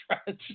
stretch